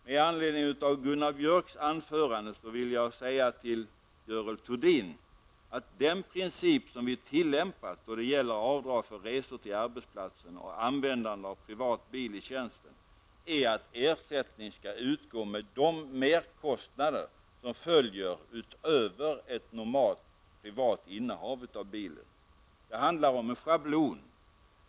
Med anledning av Gunnar Björks anförande vill jag säga till Görel Thurdin att den princip som vi tillämpat då det gäller avdrag för resor till arbetsplatsen och användande av privat bil i tjänsten är att ersättning skall utgå med de merkostnader som följer utöver ett normalt privat innehav av bilen. Det handlar om en schablon.